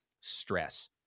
stress